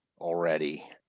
already